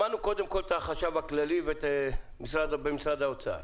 שמענו קודם את החשב הכללי במשרד האוצר.